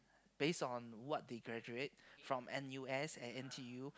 base on what they graduate from N_U_S and N_T_U